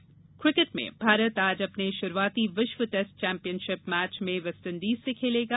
इधर किकेट में भारत आज अपने शुरूआती विश्व टेस्ट चौंपियनशिप मैच में वेस्टइंडीज से खेलेगा